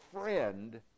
friend